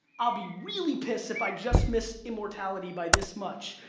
i'll be really pissed if i just miss immortality by this much,